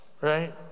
right